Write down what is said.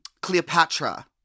Cleopatra